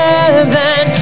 Heaven